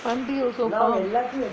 பண்டி:pandi also farm